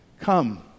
Come